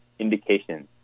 Indications